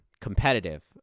competitive